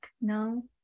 no